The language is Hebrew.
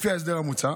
לפי ההסדר המוצע,